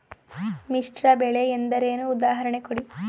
ಮಿಶ್ರ ಬೆಳೆ ಎಂದರೇನು, ಉದಾಹರಣೆ ಕೊಡಿ?